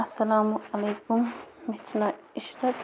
السلامُ علیکُم مےٚ چھِ ناو عشرَت